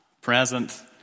present